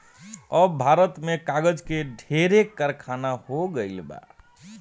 अब भारत में कागज के ढेरे कारखाना हो गइल बा